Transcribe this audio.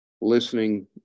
listening